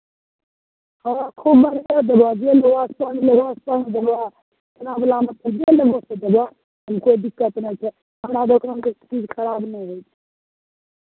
हँ खूब बढ़िआँ देबह जे लेबह सएह ने देबह छेनावलामे जे लेबह से देबह ओहिमे कोइ दिक्कत नहि छै हमरा दोकानके चीज खराब नहि होइ छै